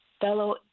fellow